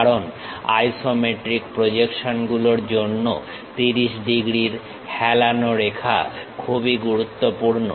কারণ আইসোমেট্রিক প্রজেকশনগুলোর জন্য 30 ডিগ্রীর হেলানো রেখা খুবই গুরুত্বপূর্ণ